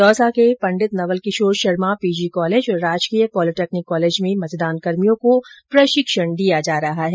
दौसा के Pandit Naval Kishore Sharma PG college और राजकीय पॉलिटेक्निक कॉलेज में मतदान कर्मियों को प्रशिक्षण दिया जा रहा है